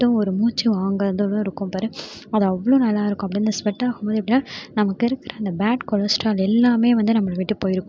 ஒரு மூச்சு வாங்கிறது இருக்கும் பார் அது அவ்வளோ நல்லாயிருக்கும் அப்படியே அந்த ஸ்வெட்டாகும் போது எப்படின்னா நமக்கு இருக்கிற அந்த பேட் கொலஸ்டரால் எல்லாமே வந்து நம்மளை விட்டு போயிருக்கும்